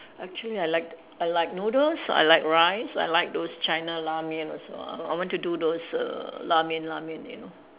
actually I like I like noodles I like rice I like those China la-mian also I I want to do those err la-mian la-mian you know